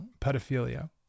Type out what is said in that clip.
pedophilia